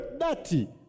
dirty